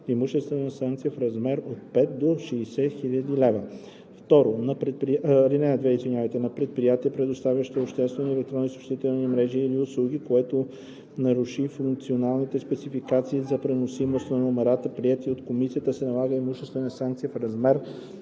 имуществена санкция в размер от 5000 до 60 000 лв. (2) На предприятие, предоставящо обществени електронни съобщителни мрежи или услуги, което наруши функционалните спецификации за преносимост на номерата, приети от комисията, се налага имуществена санкция в размер